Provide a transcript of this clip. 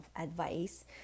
advice